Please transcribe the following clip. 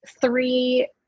three